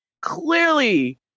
clearly